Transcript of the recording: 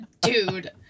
Dude